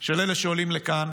של אלה שעולים לכאן